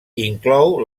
inclou